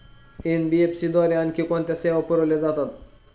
NBFC द्वारे आणखी कोणत्या सेवा पुरविल्या जातात?